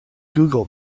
google